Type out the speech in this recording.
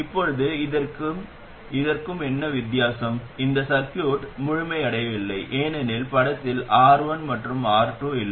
இப்போது இதற்கும் இதற்கும் என்ன வித்தியாசம் இந்த சர்கியூட் முழுமையடையவில்லை ஏனெனில் படத்தில் R1 மற்றும் R2 இல்லை